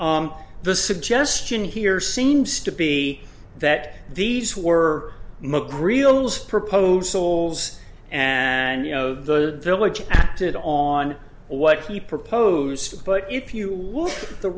the suggestion here seems to be that these were mcgreal proposals and you know the village acted on what he proposed but if you